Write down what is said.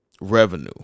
revenue